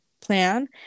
plan